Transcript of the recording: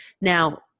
Now